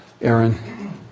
Aaron